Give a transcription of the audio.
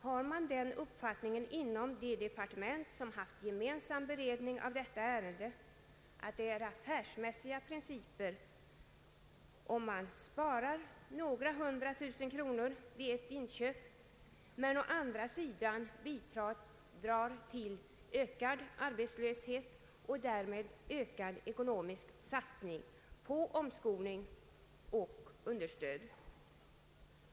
Har man den uppfattningen inom de departement som haft gemensam beredning av detta ärende att man tillämpar affärsmässiga principer, om man sparar några hundra tusen kronor vid ett inköp men samtidigt bidrar till ökad arbetslöshet och därmed nödvändiggör ökad ekonomisk satsning på omskolning och understöd?